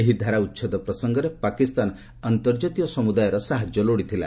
ଏହି ଧାରା ଉଚ୍ଛେଦ ପ୍ରସଙ୍ଗରେ ପାକିସ୍ତାନ ଆନ୍ତର୍ଜାତୀୟ ସମ୍ରଦାୟର ସାହାଯ୍ୟ ଲୋଡିଥିଲା